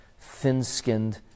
thin-skinned